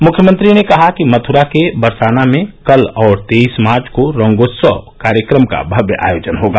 मुख्यमंत्री ने कहा कि मथुरा के बरसाना में कल और तेईस मार्च को रंगोत्सव कार्यक्रम का भव्य आयोजन होगा